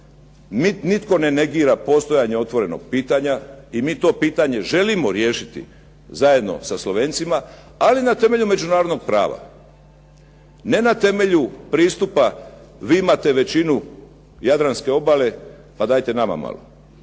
Nitko ne negira postojanje otvorenog pitanja i mi to pitanje želimo riješiti zajedno sa Slovencima ali na temelju međunarodnog prava, ne na temelju pristupa vi imate većinu jadranske obale pa dajte nama malo.